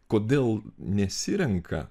kodėl nesirenka